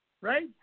Right